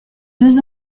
deux